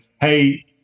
hey